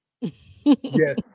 Yes